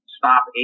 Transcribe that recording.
stop